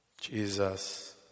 Jesus